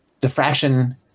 diffraction